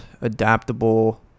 Adaptable